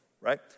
right